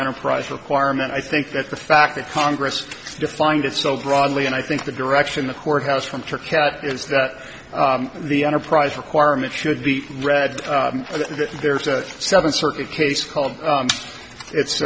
enterprise requirement i think that the fact that congress has defined it so broadly and i think the direction the court house from turkey is that the enterprise requirement should be read that there's a seven circuit case called it's